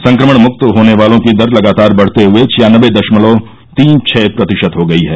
संक्रमण मुक्त होने वालों की दर लगातार बढते हए छियानबे दशमलव तीन छह प्रतिशत हो गई है